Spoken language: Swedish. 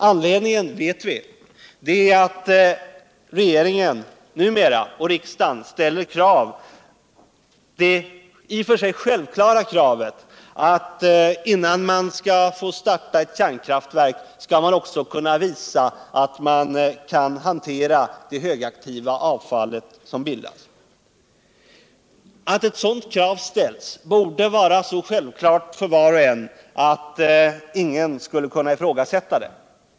Anledningen vet vi — regeringen och riksdagen ställer numera det i och för sig självklara kravet att innan man får starta ett kärnkraftverk skall man kunna visa att man kan hantera det högaktiva avfall som bildas. Att ett sådant krav ställs borde vara så självklart för var och en att ingen skulle kunna ifrågasätta det.